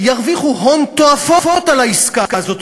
ירוויחו הון תועפות על העסקה הזאת,